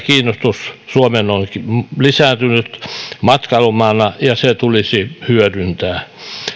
kiinnostus suomeen matkailumaana on lisääntynyt ja se tulisi hyödyntää